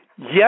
Yes